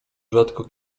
rzadko